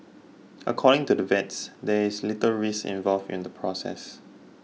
according to the vets there is little risk involved in the process